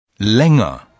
länger